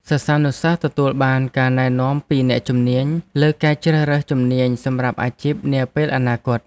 សិស្សានុសិស្សទទួលបានការណែនាំពីអ្នកជំនាញលើការជ្រើសរើសជំនាញសម្រាប់អាជីពនាពេលអនាគត។